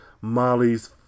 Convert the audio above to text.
Molly's